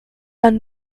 man